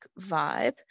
vibe